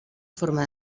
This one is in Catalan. forma